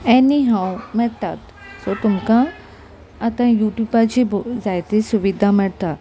any हांव मेळटात सो तुमकां आतां यूट्यूबाची जायती सुविधा मेळटा